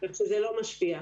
כך שזה לא משפיע.